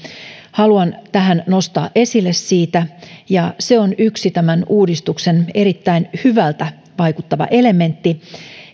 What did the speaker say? haluan tähän nostaa esille siitä ja se on yksi tämän uudistuksen erittäin hyvältä vaikuttava elementti